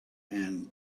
and